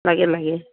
লাগে লাগে